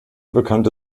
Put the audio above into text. bekannte